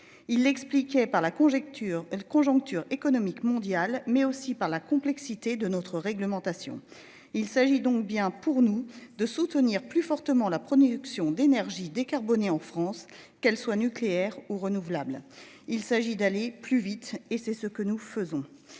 la conjecture elle conjoncture économique mondiale mais aussi par la complexité de notre réglementation. Il s'agit donc bien pour nous de soutenir plus fortement la production d'énergies décarbonnées en France, qu'elle soit nucléaire ou renouvelable. Il s'agit d'aller plus vite et c'est ce que nous faisons.